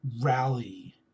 rally